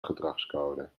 gedragscode